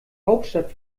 hauptstadt